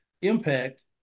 impact